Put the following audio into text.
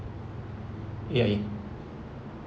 A_I_A